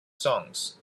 songs